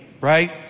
Right